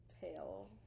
pale